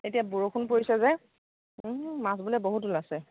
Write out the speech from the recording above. এতিয়া বৰষুণ পৰিছে যে মাছ বোলে বহুত ওলাইছে